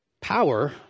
Power